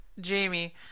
Jamie